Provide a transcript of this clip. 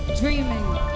dreaming